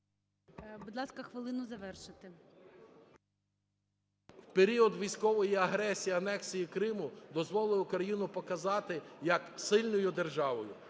Будь ласка, хвилину завершити. КУБІВ С.І. …в період військової агресії, анексії Криму дозволили Україну показати як сильною державою,